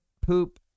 poop